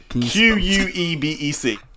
Q-U-E-B-E-C